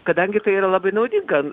kadangi tai yra labai naudinga